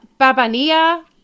babania